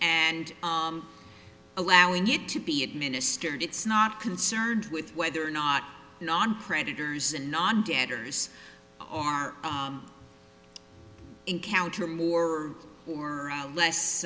and allowing it to be administered it's not concerned with whether or not non predators and non jagger's are encounter more or less